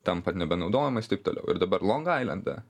tampa nebenaudojamais taip toliau ir dabar long ailende